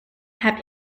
have